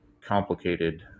complicated